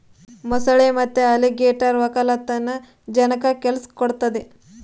ಮೊಸಳೆ ಮತ್ತೆ ಅಲಿಗೇಟರ್ ವಕ್ಕಲತನ ಜನಕ್ಕ ಕೆಲ್ಸ ಕೊಡ್ತದೆ